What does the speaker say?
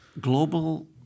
global